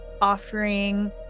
offering